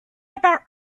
about